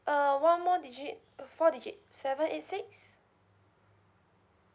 uh one more digit four digit seven eight six